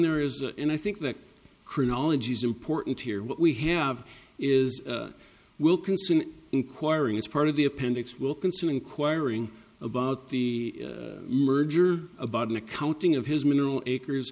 there is and i think that chronology is important here what we have is wilkinson inquiring as part of the appendix wilkinson inquiring about the merger about an accounting of his mineral acres